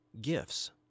gifts